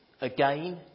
Again